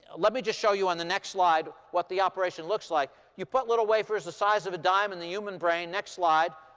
let me just show you on the next slide what the operation looks like. you put little wafers the size of a dime in the human brain next slide.